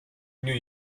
new